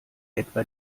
etwa